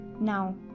now